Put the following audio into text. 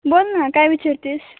बोल ना काय विचारतेस